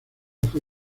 fue